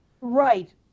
Right